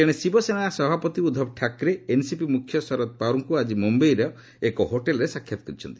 ତେଣେ ଶିବସେନା ସଭାପତି ଉଦ୍ଧବ ଠାକ୍ରେ ଏନ୍ସିପି ମୁଖ୍ୟ ଶରଦ୍ ପାୱାର୍ଙ୍କୁ ଆଜି ମୁମ୍ୟାଇର ଏକ ହୋଟେଲ୍ରେ ସାକ୍ଷାତ କରିଛନ୍ତି